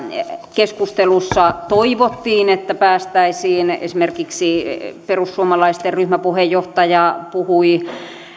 keskustelussa toivottiin että päästäisiin esimerkiksi perussuomalaisten ryhmäpuheenjohtaja puhui